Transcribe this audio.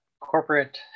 corporate